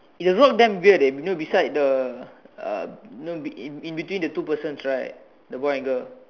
eh the rock damn weird eh you know beside the uh you know in in between the two persons right the boy and girl